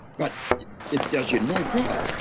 but it does you no good.